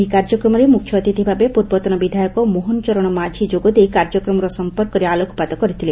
ଏହି କାର୍ଯ୍ୟକ୍ରମରେ ମୁଖ୍ୟ ଅତିଥି ଭବେ ପୂର୍ବତନ ବିଧାୟକ ମୋହନ ଚରଣ ମାଝୀ ଯୋଗ ଦେଇ କାର୍ଯ୍ୟକ୍ରମର ସଂପର୍କରେ ଆଲୋକପାତ କରିଥିଲେ